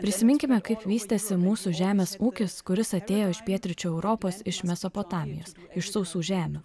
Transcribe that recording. prisiminkime kaip vystėsi mūsų žemės ūkis kuris atėjo iš pietryčių europos iš mesopotamijos iš sausų žemių